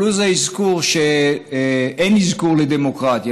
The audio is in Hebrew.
פלוס האזכור שאין אזכור לדמוקרטיה,